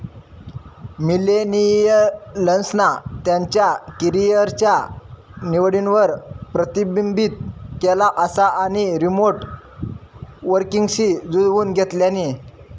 मिलेनियल्सना त्यांच्या करीयरच्या निवडींवर प्रतिबिंबित केला असा आणि रीमोट वर्कींगशी जुळवुन घेतल्यानी